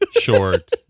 short